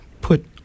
put